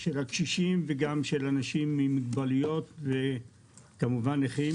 של הקשישים, של אנשים עם מוגבלויות ושל נכים